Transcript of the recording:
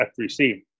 F3C